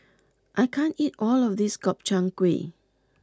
I can't eat all of this Gobchang Gui